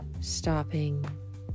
stopping